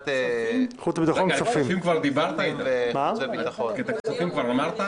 את הכספים כבר אמרת?